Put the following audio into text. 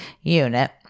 unit